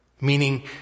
Meaning